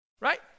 Right